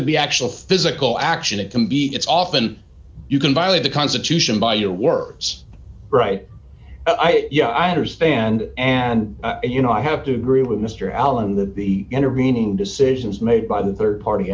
to be actual physical action it can be it's often you can violate the constitution by your words right i understand and you know i have to agree with mr allen that the intervening decisions made by the rd party